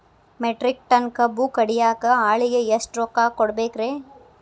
Metric ton ಕಬ್ಬು ಕಡಿಯಾಕ ಆಳಿಗೆ ಎಷ್ಟ ರೊಕ್ಕ ಕೊಡಬೇಕ್ರೇ?